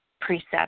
precept